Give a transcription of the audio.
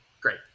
Great